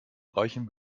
reichen